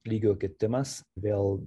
lygio kitimas vėl